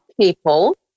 people